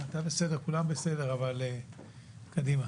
קדימה.